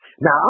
now